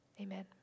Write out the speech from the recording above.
amen